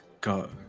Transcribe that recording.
go